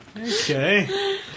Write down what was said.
Okay